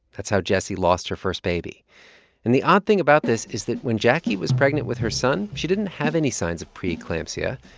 that's how jessie lost her first baby and the odd thing about this is that when jacquie was pregnant with her son, she didn't have any signs of pre-eclampsia.